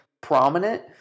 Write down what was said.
prominent